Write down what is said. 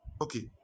Okay